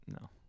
No